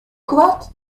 koart